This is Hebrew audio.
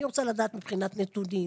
אני רוצה לדעת מבחינת נתונים,